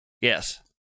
yes